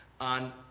on